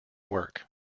work